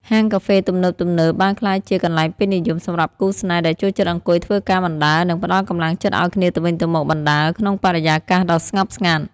ហាងកាហ្វេទំនើបៗបានក្លាយជា «កន្លែងពេញនិយម» សម្រាប់គូស្នេហ៍ដែលចូលចិត្តអង្គុយធ្វើការបណ្ដើរ និងផ្ដល់កម្លាំងចិត្តឱ្យគ្នាទៅវិញទៅមកបណ្ដើរ ក្នុងបរិយាកាសដ៏ស្ងប់ស្ងាត់។